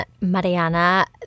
mariana